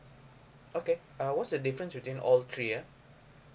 okay uh what's the difference between all three ya